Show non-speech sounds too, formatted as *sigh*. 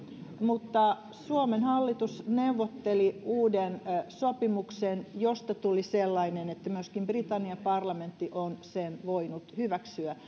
mutta suomen hallitus neuvotteli uuden sopimuksen josta tuli sellainen että myöskin britannian parlamentti on sen voinut hyväksyä *unintelligible*